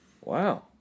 Wow